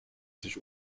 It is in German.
sich